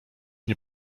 nie